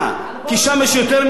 כי שם יש יותר מסים?